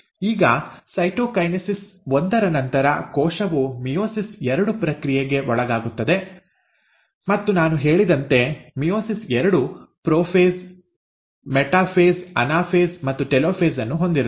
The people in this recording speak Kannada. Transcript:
ಈಗ ಸೈಟೊಕೈನೆಸಿಸ್ ಒಂದರ ನಂತರ ಕೋಶವು ಮಿಯೋಸಿಸ್ ಎರಡು ಪ್ರಕ್ರಿಯೆಗೆ ಒಳಗಾಗುತ್ತದೆ ಮತ್ತು ನಾನು ಹೇಳಿದಂತೆ ಮಿಯೋಸಿಸ್ ಎರಡು ಪ್ರೊಫೇಸ್ ಮೆಟಾಫೇಸ್ ಅನಾಫೇಸ್ ಮತ್ತು ಟೆಲೋಫೇಸ್ ಅನ್ನು ಹೊಂದಿರುತ್ತದೆ